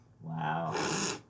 wow